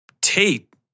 tape